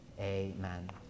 Amen